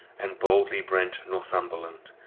and boldly brente northumberland,